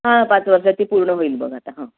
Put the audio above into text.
हा पाच वर्षाची पूर्ण होईल बघ आता हां